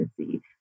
Agency